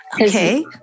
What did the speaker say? Okay